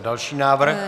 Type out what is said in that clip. Další návrh.